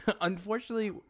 Unfortunately